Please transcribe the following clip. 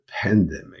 pandemic